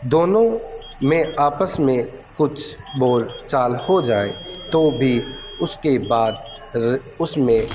دونوں میں آپس میں کچھ بول چال ہو جائےیں تو بھی اس کے بعد اس میں